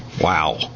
Wow